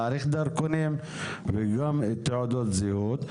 להאריך דרכונים וגם תעודות זהות.